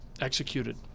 executed